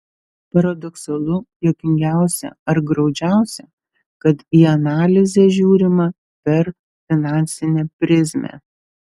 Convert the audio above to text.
paradoksalu juokingiausia ar graudžiausia kad į analizę žiūrima per finansinę prizmę